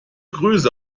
grüße